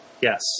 Yes